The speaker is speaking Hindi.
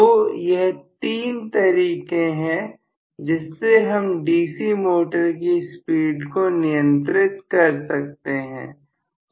तो यह तीन तरीके हैं जिससे हम DC मोटर की स्पीड को नियंत्रित कर सकते हैं